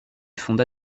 fonda